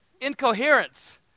incoherence